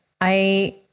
I-